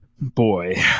Boy